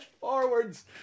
forwards